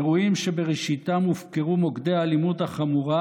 אירועים שבראשיתם הופקרו מוקדי האלימות החמורה,